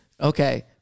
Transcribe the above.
okay